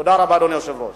תודה רבה, אדוני היושב-ראש.